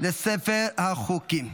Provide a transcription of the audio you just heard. לספר החוקים.